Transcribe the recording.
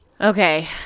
okay